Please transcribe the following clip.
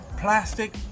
plastic